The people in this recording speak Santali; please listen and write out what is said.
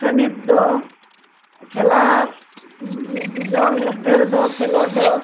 ᱛᱷᱟᱱᱤᱛ ᱫᱚ ᱠᱷᱮᱞᱟ ᱡᱟᱨ ᱢᱚᱫᱽᱫᱷᱮ ᱨᱮᱫᱚ ᱠᱷᱮᱞᱳᱸᱰ ᱫᱚ